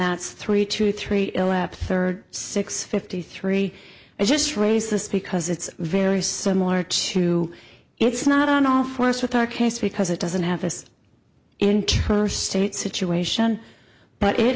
that's three to three elapse third six fifty three i just raise this because it's very similar to it's not on all fours with our case because it doesn't have this inter state situation but it